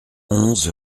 onze